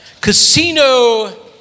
Casino